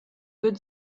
good